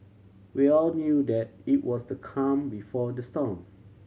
we all knew that it was the calm before the storm